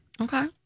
Okay